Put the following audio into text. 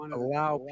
allow